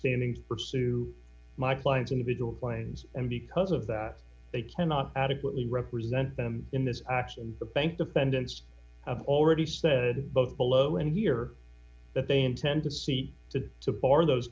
standing to pursue my client's individual claims and because of that they cannot adequately represent them in this action the bank defendants have already said both below and here that they intend to seek to to bar those